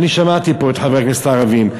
אני שמעתי פה את חברי הכנסת הערבים,